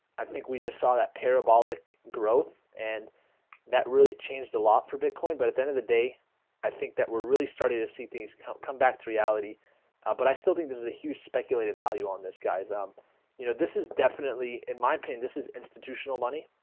i think we just saw that parabolic growth and that really changed a lot for bitcoin, but at the end of the day i think that we're really starting to see things come come back to reality but i still think this is a huge speculative value on this guy's um you know. this is definitely in my opinion this is institutional money.